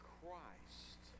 Christ